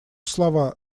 слова